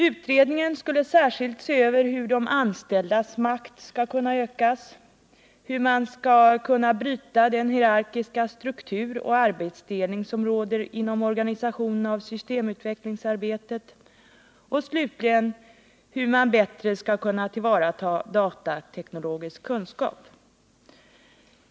Utredningen skulle särskilt se över hur de anställdas makt skall kunna ökas, hur man skall kunna bryta den hierarkiska struktur och arbetsdelning som råder inom organisationen av systemutvecklingsarbetet och slutligen hur man bättre skall kunna tillvarata datateknologisk kunskap.